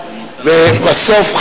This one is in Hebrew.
ולבסוף,